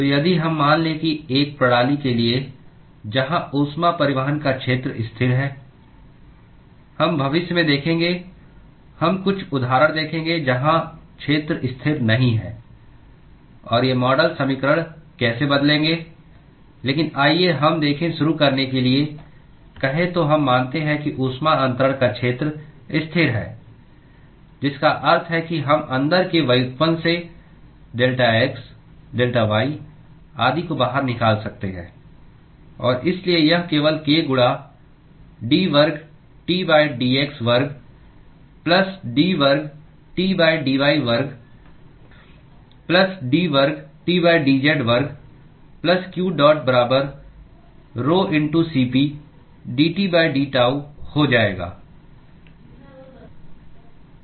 तो यदि हम मान लें कि एक प्रणाली के लिए जहां ऊष्मा परिवहन का क्षेत्र स्थिर है हम भविष्य में देखेंगे हम कुछ उदाहरण देखेंगे जहां क्षेत्र स्थिर नहीं है और ये मॉडल समीकरण कैसे बदलेंगे लेकिन आइए हम देखें शुरू करने के लिए कहें तो हम मानते हैं कि ऊष्मा अन्तरण का क्षेत्र स्थिर है जिसका अर्थ है कि हम अंदर के व्युत्पन्न से डेल्टा x डेल्टा y आदि को बाहर निकाल सकते हैं और इसलिए यह केवल k गुणा d वर्ग Td x वर्ग प्लस d वर्ग Tdy वर्ग प्लस d वर्ग Tdz वर्ग प्लस qdot बराबर rhoCp dTdTau हो जाएगा तो यह ऊर्जा संतुलन है